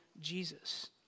Jesus